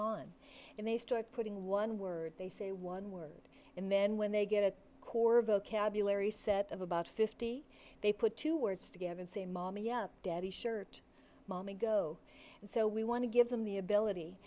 on and they start putting one word they say one word and then when they get a core vocabulary set of about fifty they put two words together and say mommy yup daddy shirt mommy go and so we want to give them the ability